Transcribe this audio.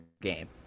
game